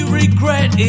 regret